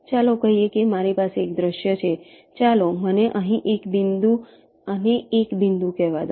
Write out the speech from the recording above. ચાલો કહીએ કે મારી પાસે એક દૃશ્ય છે ચાલો મને અહીં એક બિંદુ અને એક બિંદુ કહેવા દો